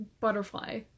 butterfly